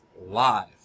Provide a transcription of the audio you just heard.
live